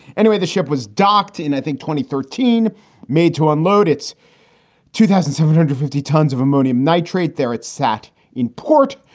anyway, the ship was docked in, i think twenty thirteen made to unload its two thousand seven hundred fifty tons of ammonium nitrate there. it sat in port,